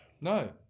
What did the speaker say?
No